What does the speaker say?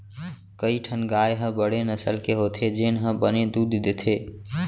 कई ठन गाय ह बड़े नसल के होथे जेन ह बने दूद देथे